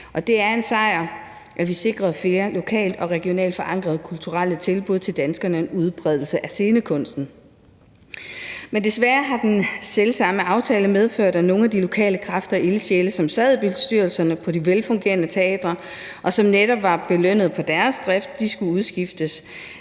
det var en sejr, at vi sikrede flere lokalt og regionalt forankrede kulturelle tilbud til danskerne, en udbredelse af scenekunsten. Men desværre har den selv samme aftale medført, at nogle af de lokale kræfter og ildsjæle, som sad i bestyrelserne på de velfungerende teatre, og som netop var belønnet på deres drift, skulle udskiftes.